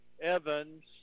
Evans